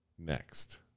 Next